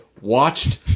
watched